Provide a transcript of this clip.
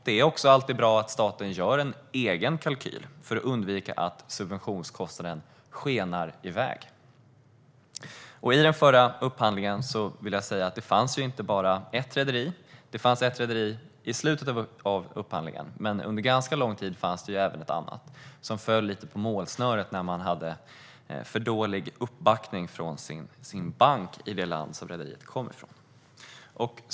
Det är alltid bra att staten gör en egen kalkyl för att undvika att subventionskostnaden skenar i väg. I den förra upphandlingen fanns det inte bara ett rederi. Det fanns ett rederi i slutet av upphandlingen. Men under ganska lång tid fanns det även ett annat, som föll lite på målsnöret när det hade för dålig uppbackning från sin bank i det land rederiet kom ifrån.